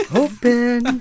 open